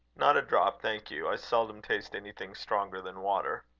not a drop, thank you. i seldom taste anything stronger than water.